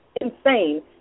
insane